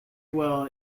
well